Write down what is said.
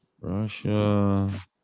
Russia